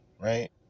right